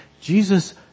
Jesus